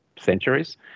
centuries